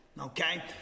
okay